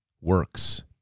works